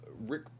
Rick